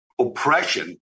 oppression